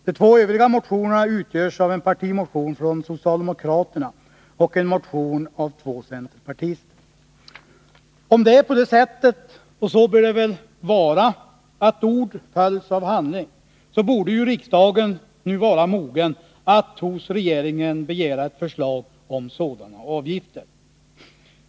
De två övriga motionerna utgörs av en partimotion från socialdemokraterna och en motion av centerpartister. Om det är på det sättet — och så bör det väl vara — att ord följs av handling, bör riksdagen nu vara mogen att hos regeringen begära ett förslag om sådana avgifter.